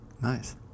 Nice